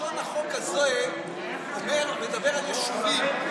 לשון החוק הזה מדברת על יישובים.